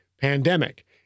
Pandemic